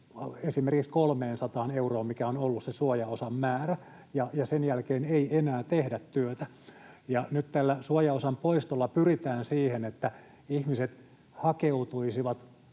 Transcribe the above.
esimerkiksi siihen 300 euroon, mikä on ollut se suojaosan määrä, ja sen jälkeen ei enää tehdä työtä. Nyt tällä suojaosan poistolla pyritään siihen, että ihmiset hakeutuisivat